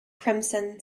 crimson